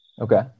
Okay